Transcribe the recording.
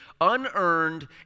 unearned